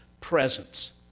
presence